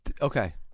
Okay